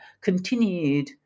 continued